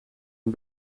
een